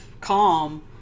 calm